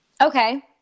Okay